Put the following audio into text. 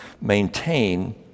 maintain